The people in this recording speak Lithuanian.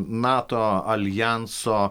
nato aljanso